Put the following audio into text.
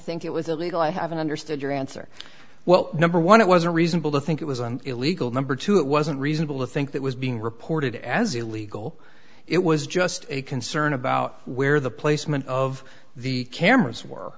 think it was illegal i haven't understood your answer well number one it was a reasonable to think it was an illegal number two it wasn't reasonable to think that was being reported as illegal it was just a concern about where the placement of the cameras were